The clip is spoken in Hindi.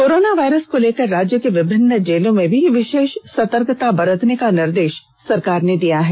कोरोना वायरस को लेकर राज्य के विभिन्न जेलों में भी विषेष सतर्कता बरतने का निर्देष सरकार ने दिया है